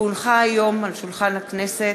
כי הונחה היום על שולחן הכנסת,